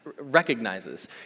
recognizes